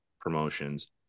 promotions